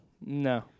no